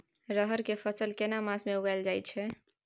रहर के फसल केना मास में उगायल जायत छै?